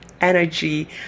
energy